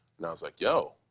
and i was like, yo,